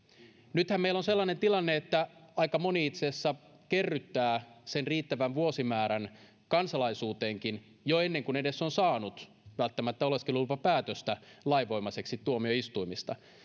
nythän meillä on sellainen tilanne että aika moni itse asiassa kerryttää sen riittävän vuosimäärän kansalaisuuteenkin jo ennen kuin edes on saanut välttämättä oleskelulupapäätöstä lainvoimaiseksi tuomioistuimista